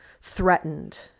threatened